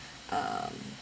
um